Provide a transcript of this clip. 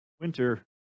Winter